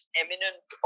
eminent